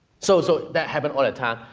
so so, that happened all the time,